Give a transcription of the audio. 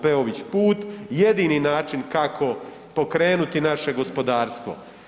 Peović put, jedini način kako pokrenuti naše gospodarstvo.